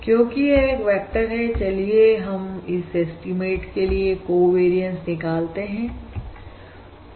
क्योंकि यह एक वेक्टर है चलिए हम इस एस्टीमेट के लिए कोवेरियनस निकालते हैं